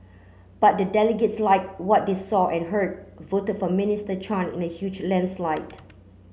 but the delegates like what they saw and heard voted for Minister Chan in a huge landslide